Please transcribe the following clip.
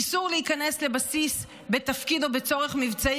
איסור להיכנס לבסיס בתפקיד או בצורך מבצעי